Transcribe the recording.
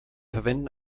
verwenden